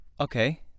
okay